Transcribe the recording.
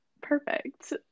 perfect